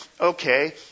okay